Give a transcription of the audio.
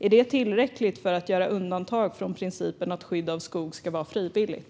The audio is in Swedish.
Är det tillräckligt för att göra undantag från principen att skydd av skog ska vara frivilligt?